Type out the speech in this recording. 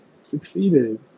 succeeded